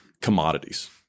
commodities